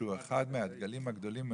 העיסוק, שהוא אחד מהדגלים הגדולים מאוד,